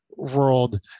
world